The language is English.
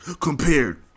compared